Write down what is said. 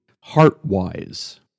heart-wise